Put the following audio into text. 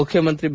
ಮುಖ್ಯಮಂತ್ರಿ ಬಿ